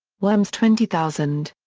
worms twenty thousand.